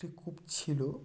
একটি কূপ ছিলো